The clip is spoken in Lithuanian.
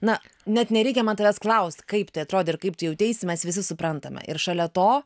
na net nereikia man tavęs klaust kaip tai atrodė ir kaip tu jauteisi mes visi suprantame ir šalia to